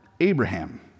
Abraham